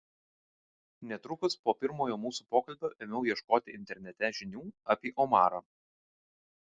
netrukus po pirmojo mūsų pokalbio ėmiau ieškoti internete žinių apie omarą